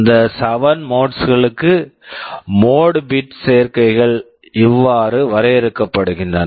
இந்த 7 modes modes களுக்கு mode bit mode bit சேர்க்கைகள் இவ்வாறு வரையறுக்கப்படுகின்றன